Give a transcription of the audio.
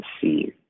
see